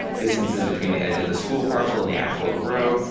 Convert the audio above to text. distances between the edge of the school parcel and the actual grow,